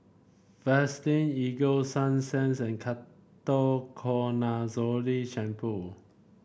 Vaselin Ego Sunsense and Ketoconazole Shampoo